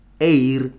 air